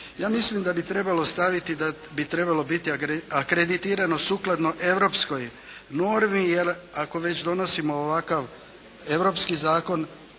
Ja mislim da bi trebalo staviti, da bi trebalo biti akreditirano sukladno europskoj normi, jer ako već donosimo ovakav europski zakon